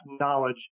knowledge